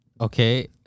okay